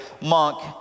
monk